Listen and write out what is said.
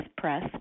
press